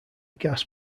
gas